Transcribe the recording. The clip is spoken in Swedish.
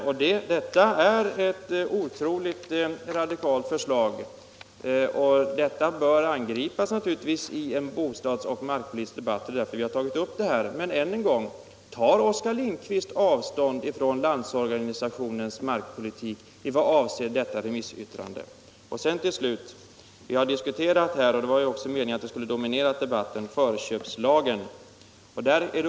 Detta är ett oerhört radikalt förslag, som naturligtvis bör angripas i en bostadsoch markpolitisk debatt, och det är därför vi har tagit upp det här. Men jag vill än en gång fråga: Tar Oskar Lindkvist avstånd från Landsorganisationens markpolitik som den framkommer i LO:s remissyttrande? Till sist vill jag säga att det som vi nu har diskuterat — och det var också meningen att det skulle dominera debatten — är förköpslagen.